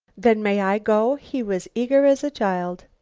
then may i go? he was eager as a child.